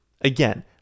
Again